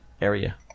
area